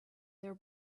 there